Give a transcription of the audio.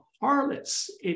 harlots